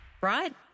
right